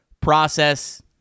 process